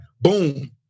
Boom